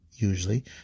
usually